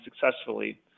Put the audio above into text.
successfully